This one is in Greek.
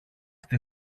στη